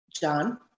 John